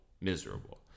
miserable